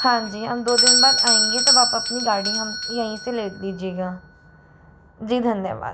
हाँ जी हम दो दिन बाद आएंगे तब आप अपनी गाड़ी हम यहीं से ले लीजिएगा जी धन्यवाद